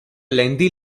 lengthy